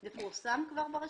לילי, זה פורסם כבר ברשומות?